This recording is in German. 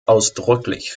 ausdrücklich